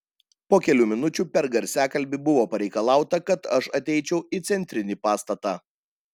po kelių minučių per garsiakalbį buvo pareikalauta kad aš ateičiau į centrinį pastatą